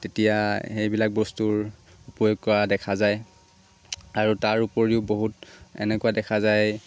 তেতিয়া সেইবিলাক বস্তুৰ প্ৰয়োগ কৰা দেখা যায় আৰু তাৰ উপৰিও বহুত এনেকুৱা দেখা যায়